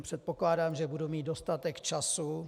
Předpokládám, že budu mít dostatek času.